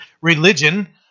religion